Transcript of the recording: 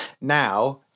Now